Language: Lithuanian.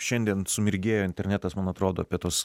šiandien sumirgėjo internetas man atrodo apie tuos